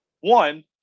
one